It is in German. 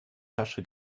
tasche